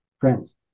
friends